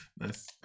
nice